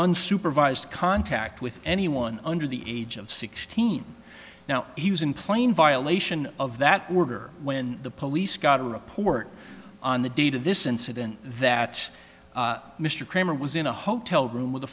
unsupervised contact with anyone under the age of sixteen now he was in plain violation of that were when the police got a report on the date of this incident that mr kramer was in a hotel room with a